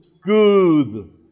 good